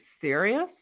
serious